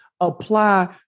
apply